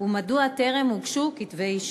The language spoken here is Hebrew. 2. מדוע טרם הוגשו כתבי אישום?